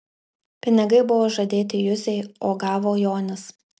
pinigai buvo žadėti juzei o gavo jonis